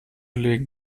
legen